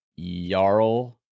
Yarl